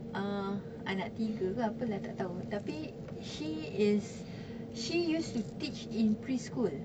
uh anak tiga ke apa tak tahu she is she used to teach in preschool